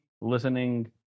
listening